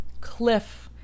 cliff